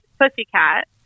Pussycat